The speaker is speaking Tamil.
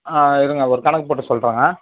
இருங்கள் ஒரு கணக்கு போட்டு சொல்கிறங்க